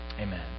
Amen